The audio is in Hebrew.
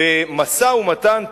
במשא-ומתן פוליטי.